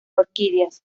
orquídeas